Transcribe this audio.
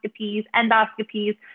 endoscopies